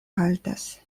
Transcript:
haltas